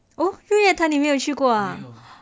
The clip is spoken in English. oh 日月潭你没有去过啊